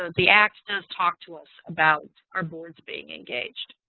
the act does talk to us about our boards being engaged.